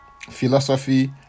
philosophy